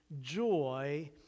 joy